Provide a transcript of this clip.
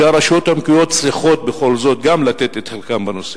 שהרשויות המקומיות צריכות בכל זאת גם לתת את חלקן בנושא,